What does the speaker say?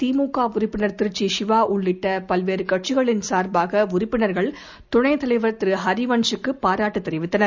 திமுக உறுப்பினர் திருச்சி சிவா உள்ளிட்ட பல்வேறு கட்சிகளின் சார்பாக உறுப்பினர்கள் தணைத் தலைவர் திரு ஹரிவன்ஷ க்கு பாராட்டுத் தெரிவித்தனர்